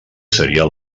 seria